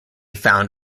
found